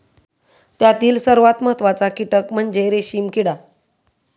त्यातील सर्वात महत्त्वाचा कीटक म्हणजे रेशीम किडा